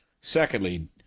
Secondly